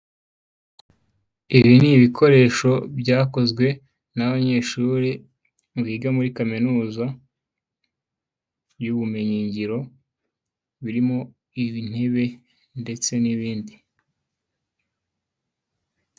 Ibi ni ibikoresho byakozwe n'abanyeshuri biga muri kaminuza y'ubumenyingiro, birimo intebe ndetse n'ibindi.